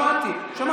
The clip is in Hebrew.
שמעתי.